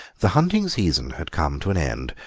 the hunting season had come to an end,